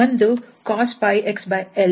1 cos xl sin xl